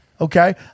Okay